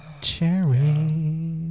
cherry